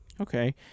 okay